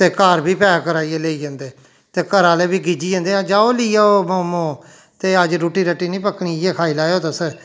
ते घर बी पैक कराइयै लेई जंदे ते घरा आह्ले बी गिज्जी जंदे जाओ लेई आओ मोमोस ते अज्ज रुट्टी राटी नेईं पक्कनी इ'यै खाई लैओ तुस